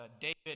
David